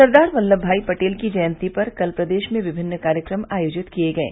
सरदार Vallabhbhai Patel की जयन्ती पर कल प्रदेश में विभिन्न कार्यक्रम आयोजित किये गये